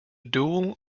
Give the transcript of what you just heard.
dual